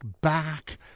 back